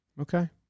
Okay